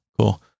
Cool